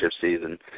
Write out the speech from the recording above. season